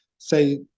say